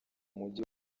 mujyi